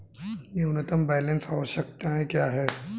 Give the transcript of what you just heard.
न्यूनतम बैलेंस आवश्यकताएं क्या हैं?